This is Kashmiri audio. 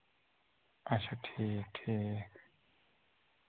اَچھا ٹھیٖک ٹھیٖک